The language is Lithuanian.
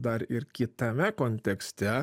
dar ir kitame kontekste